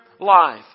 life